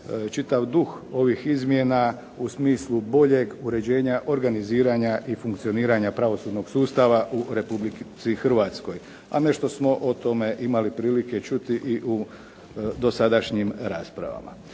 čitav duh ovih izmjena u smislu boljeg uređenja, organiziranja i funkcioniranja pravosudnog sustava u Republici Hrvatskoj, a nešto smo o tome imali prilike čuti i u dosadašnjim raspravama.